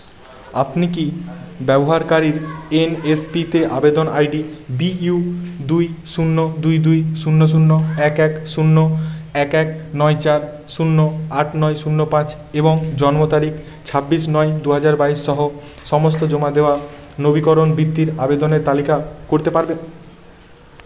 আপনি কি ব্যবহারকারীর এনএসপিতে আবেদন আই ডি বিই ইউ দুই শূন্য দুই দুই শূন্য শূন্য এক এক শূন্য এক এক নয় চার শূন্য আট নয় শূন্য পাঁচ এবং জন্ম তারিখ ছাব্বিশ নয় দুহাজার বাইশ সহ সমস্ত জমা দেওয়া নবীকরণ বৃত্তির আবেদনের তালিকা করতে পারবেন